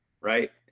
right